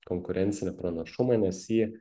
konkurencinį pranašumą nes jį